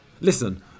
Listen